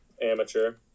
amateur